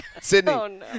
Sydney